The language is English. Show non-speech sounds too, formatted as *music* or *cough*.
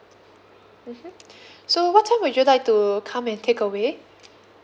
mmhmm *breath* so what time would you like to come and takeaway